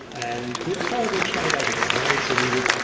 and we'd probably try it out again, right? so we would,